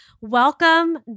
Welcome